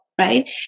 right